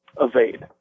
evade